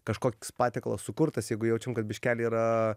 kažkoks patiekalas sukurtas jeigu jaučiam kad biškelį yra